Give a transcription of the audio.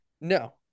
No